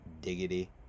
diggity